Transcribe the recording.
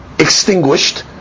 extinguished